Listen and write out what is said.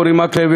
אורי מקלב,